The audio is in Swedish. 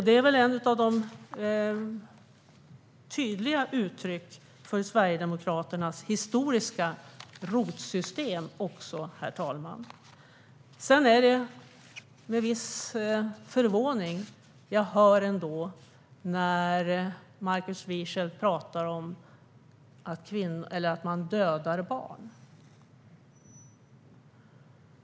Det är väl också ett av de tydliga uttrycken för Sverigedemokraternas historiska rotsystem, herr talman. Det är ändå med viss förvåning jag hör Markus Wiechel tala om att man dödar barn.